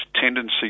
tendency